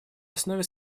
основе